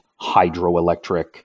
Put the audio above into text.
hydroelectric